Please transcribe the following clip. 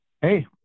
hey